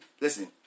listen